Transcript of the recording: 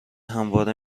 همواره